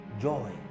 joy